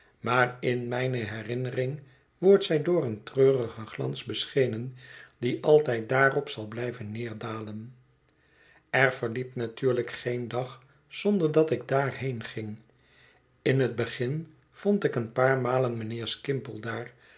maar in mijne herinnering wordt zij door een treurigen glans beschenen die altijd daarop zal blijven neerdalen er verliep natuurlijk geen dag zonder dat ik daarheen ging in het begin vond ik een paar malen mijnheer skimple daar